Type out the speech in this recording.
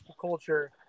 culture